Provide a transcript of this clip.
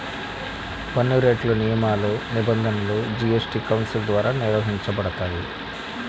పన్నురేట్లు, నియమాలు, నిబంధనలు జీఎస్టీ కౌన్సిల్ ద్వారా నిర్వహించబడతాయి